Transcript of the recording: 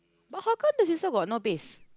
but how come the sister got no base